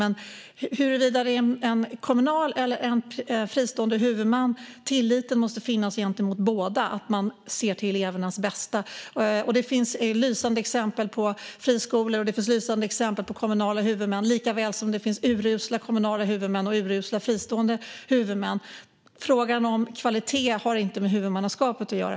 Oavsett om det är en kommunal eller en fristående huvudman måste det finnas tillit till att huvudmannen ser till elevernas bästa. Det finns lysande exempel på friskolor och på kommunala huvudmän, likaväl som det finns urusla kommunala huvudmän och urusla fristående huvudmän. Frågan om kvalitet har inte med huvudmannaskapet att göra.